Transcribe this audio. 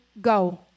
go